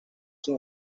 sin